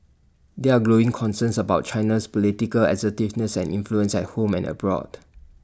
there are growing concerns about China's political assertiveness and influence at home and abroad